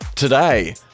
Today